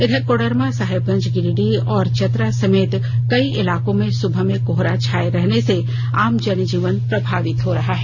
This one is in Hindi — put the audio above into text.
इधर कोडरमा साहेबगंज गिरिडीह और चतरा समेत कई इलाकों में सुबह में कोहरा छाए रहने से आम जनजीवन प्रभावित हो रहा है